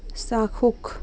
চাক্ষুষ